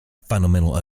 fundamental